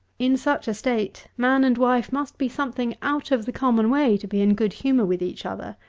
in such a state man and wife must be something out of the common way to be in good humour with each other,